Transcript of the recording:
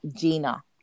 Gina